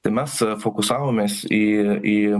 tai mes fokusavomės į į